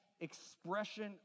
expression